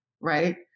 right